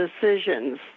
decisions